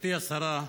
גברתי השרה,